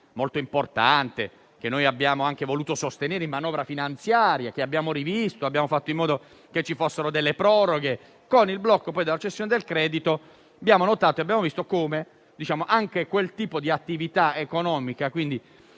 molto importante che abbiamo voluto sostenere nella manovra finanziaria, che abbiamo rivisto e fatto in modo che ci fossero delle proroghe. Con il blocco della cessione del credito abbiamo notato che anche quel tipo di attività economica nel